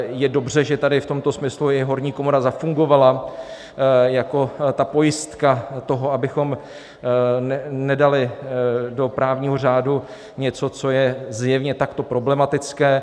Je dobře, že tady v tomto smyslu i horní komora zafungovala jako pojistka toho, abychom nedali do právního řádu něco, co je zjevně takto problematické.